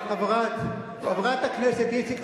חברת הכנסת איציק,